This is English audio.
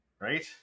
right